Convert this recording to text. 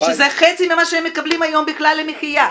שזה חצי ממה שהם מקבלים היום בכלל למחיה.